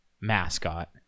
mascot